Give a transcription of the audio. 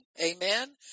Amen